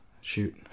Shoot